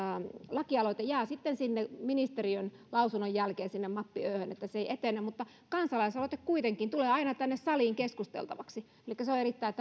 lakialoite jää sitten ministeriön lausunnon jälkeen sinne mappi öhön että se ei etene mutta kansalaisaloite kuitenkin tulee aina tänne saliin keskusteltavaksi elikkä se on erittäin